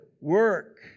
work